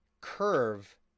curve